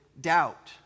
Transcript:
doubt